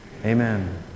Amen